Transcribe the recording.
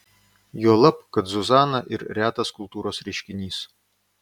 juolab kad zuzana ir retas kultūros reiškinys